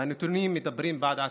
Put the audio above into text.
והנתונים מדברים בעד עצמם: